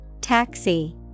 Taxi